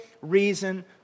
reason